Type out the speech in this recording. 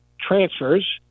transfers